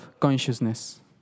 consciousness